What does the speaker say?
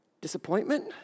Disappointment